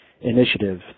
initiative